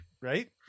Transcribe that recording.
right